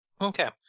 Okay